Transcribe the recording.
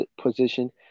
position